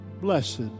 Blessed